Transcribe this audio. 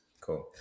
Cool